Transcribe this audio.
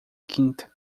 quinta